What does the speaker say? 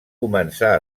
començar